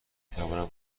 توانم